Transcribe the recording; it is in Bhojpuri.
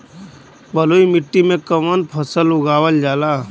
बलुई मिट्टी में कवन फसल उगावल जाला?